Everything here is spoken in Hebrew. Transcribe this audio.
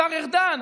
השר ארדן,